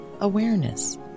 awareness